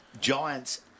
Giants